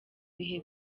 bihe